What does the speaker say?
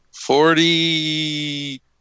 forty